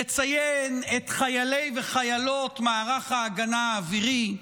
ראוי לציין את חיילי וחיילות מערך ההגנה האווירי,